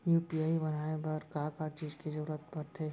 UPI बनाए बर का का चीज के जरवत पड़थे?